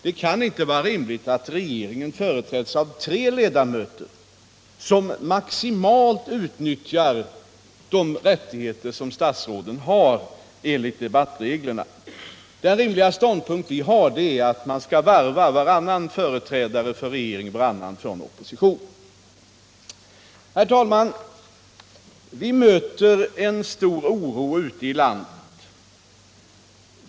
Det kan inte vara rimligt att regeringen företräds av tre ledamöter, som maximalt utnyttjar de rättigheter statsråden har enligt debattreglerna. Den rimliga ståndpunkt vi har är att man skall varva: varannan företrädare för regeringen och varannan för oppositionen. Herr talman! Vi möter en stor oro ute i landet.